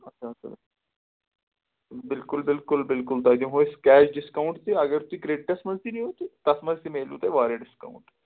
اچھا تہٕ بالکل بالکل بالکل تۄہہِ دِمو أسۍ کیش ڈِسکاوُنٛٹ تہِ اگر تُہۍ کرٛیڈِٹَس منٛز تہِ نِیُو تہٕ تَتھ منٛز تہِ میلوٕ تۄہہِ واریاہ ڈِسکاوُنٛٹ